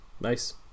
Nice